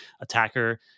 attacker